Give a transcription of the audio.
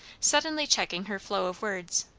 suddenly checking her flow of words.